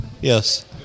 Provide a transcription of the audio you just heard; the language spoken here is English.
Yes